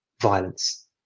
violence